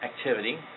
activity